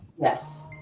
yes